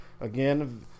Again